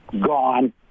gone